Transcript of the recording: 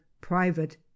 private